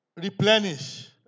Replenish